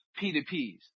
P2Ps